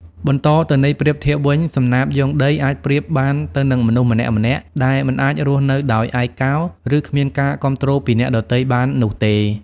បន្តទៅន័យប្រៀបធៀបវិញ សំណាបយោងដី អាចប្រៀបបានទៅនឹងមនុស្សម្នាក់ៗ ដែលមិនអាចរស់នៅដោយឯកោ ឬគ្មានការគាំទ្រពីអ្នកដទៃបាននោះទេ។